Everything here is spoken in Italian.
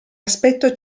aspetto